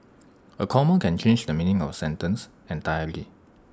A comma can change the meaning of A sentence entirely